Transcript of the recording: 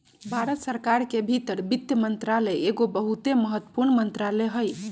भारत सरकार के भीतर वित्त मंत्रालय एगो बहुते महत्वपूर्ण मंत्रालय हइ